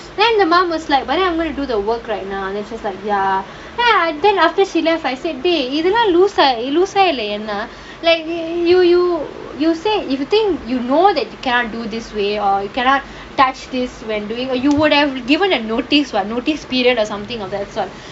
then the mum was like but then I'm going to do the work right now let's just like ya and then after she left I said dey இதெலாம்:ithellaam loose ah loose ah இல்ல என்ன:illa enna like you you you say if you think you know that you can't do this way or you cannot touch this when doing you would have given a notice what notice period or something of that sort